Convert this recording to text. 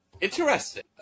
Interesting